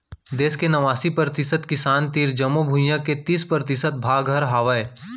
देस के नवासी परतिसत किसान तीर जमो भुइयां के तीस परतिसत भाग हर हावय